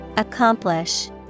Accomplish